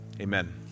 Amen